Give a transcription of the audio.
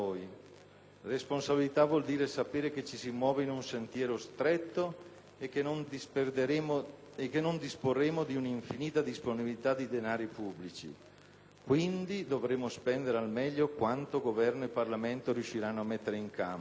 Responsabilità vuol dire che ci si muove in un sentiero stretto e che non disporremo di un'infinita quantità di denaro pubblico. Quindi, dovremo spendere al meglio quanto Governo e Parlamento riusciranno a mettere in campo.